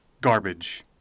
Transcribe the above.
garbage